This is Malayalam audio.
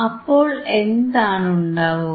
അപ്പോൾ എന്താണുണ്ടാവുക